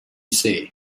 say